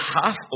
half